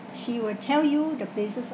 she will tell you the places